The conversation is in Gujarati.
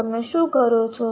તો તમે શું કરો છો